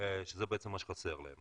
שזה בעצם מה שחסר להם